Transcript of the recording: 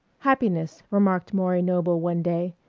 happiness, remarked maury noble one day,